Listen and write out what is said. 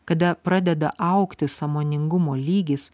kada pradeda augti sąmoningumo lygis